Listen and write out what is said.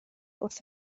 wrth